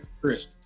Chris